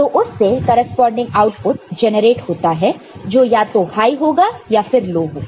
और उससे corresponding output generate होता है जो या तो हाई होगा या फिर लो होगा